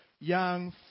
young